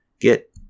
get